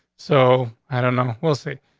so i don't know. we'll see.